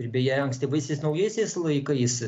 ir beje ankstyvaisiais naujaisiais laikais